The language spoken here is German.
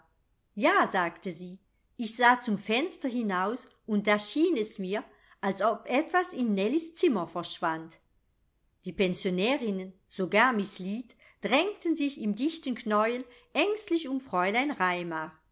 ja sagte sie ich sah zum fenster hinaus und da schien es mir als ob etwas in nellies zimmer verschwand die pensionärinnen sogar miß lead drängten sich im dichten knäuel ängstlich um fräulein